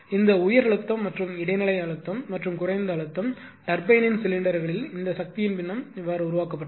இந்த உயர் அழுத்தம் மற்றும் இடைநிலை அழுத்தம் மற்றும் குறைந்த அழுத்தம் டர்பைனின் சிலிண்டர்களில் இந்த சக்தியின் பின்னம் உருவாக்கப்பட்டது